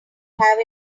have